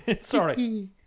Sorry